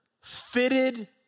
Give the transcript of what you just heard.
fitted